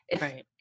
Right